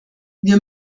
wir